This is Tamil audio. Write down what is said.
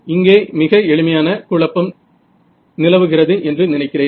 இங்கே மிக எளிமையான குழப்பம் நிலவுகிறது என்று நினைக்கிறேன்